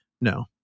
No